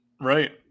Right